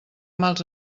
mals